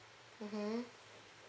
mmhmm